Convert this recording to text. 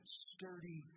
sturdy